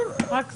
רק זה.